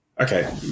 okay